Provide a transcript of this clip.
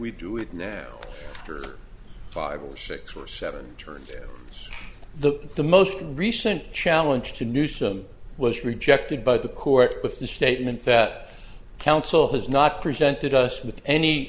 we do it now after five or six or seven turn down the the most recent challenge to newsome was rejected by the court with the statement that counsel has not presented us with any